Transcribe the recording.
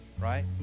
right